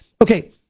Okay